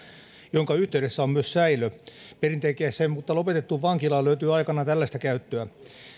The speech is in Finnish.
jonka yhteydessä on myös säilö perinteiseen mutta lopetettuun vankilaan löytyi aikanaan tällaista käyttöä